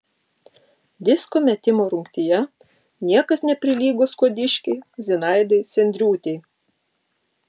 disko metimo rungtyje niekas neprilygo skuodiškei zinaidai sendriūtei